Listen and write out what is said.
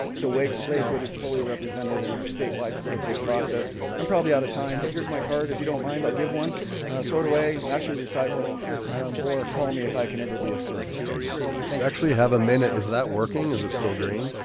so wait, lakewood is fully represented in our statewide political process i'm probably out of time, but here's my card if you don't mind i'll give one throw it away and actually recycle it or call me if i can ever be of service to you they actually have a minute. is that working? is it still green?